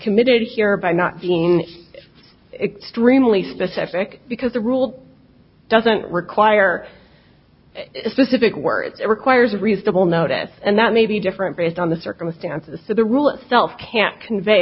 committed here by not being extremely specific because the rule doesn't require a specific word it requires reasonable notice and that may be different based on the circumstances so the rule itself can't convey